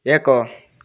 ଏକ